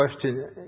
question